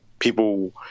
people